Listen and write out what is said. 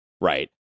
right